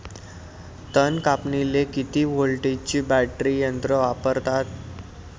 तन कापनीले किती व्होल्टचं बॅटरी यंत्र वापरतात?